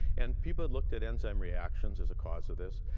and people looked at enzyme reactions as a cause of this,